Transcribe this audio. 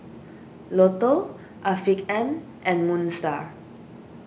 Lotto Afiq M and Moon Star